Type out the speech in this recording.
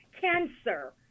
Cancer